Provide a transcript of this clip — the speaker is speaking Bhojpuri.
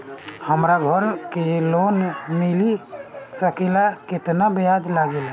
हमरा घर के लोन मिल सकेला केतना ब्याज लागेला?